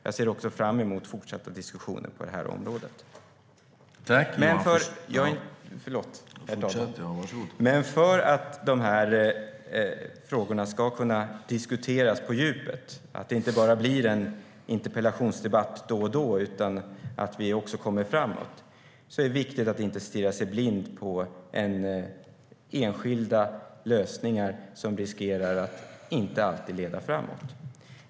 Jag ser också fram emot fortsatta diskussioner på området. För att frågorna ska kunna diskuteras på djupet - för att det inte ska bli bara en interpellationsdebatt då och då utan för att vi ska komma framåt - är det dock viktigt att inte stirra sig blind på enskilda lösningar som riskerar att inte alltid leda framåt.